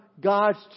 God's